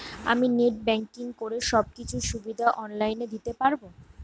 আমি net banking করে সব কিছু সুবিধা অন লাইন দিতে পারবো?